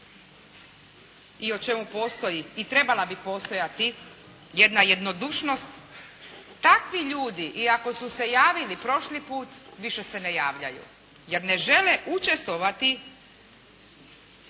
i o čemu postoji i trebala bi postojati jedna jednodušnost, takvi ljudi i ako su se javili prošli put više se ne javljaju jer ne žele učestvovati u ovakvoj